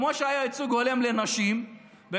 כמו שהיה ייצוג הולם לנשים ב-30%,